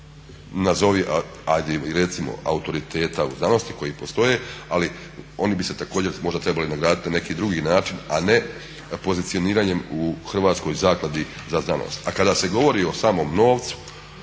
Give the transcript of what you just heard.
nazovi i ajde recimo autoriteta u znanosti koji postoje ali oni bi se također možda trebali nagraditi na neki drugi način a ne pozicioniranjem u Hrvatskoj zakladi za znanost. A kada se govori o samom novcu